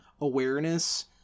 awareness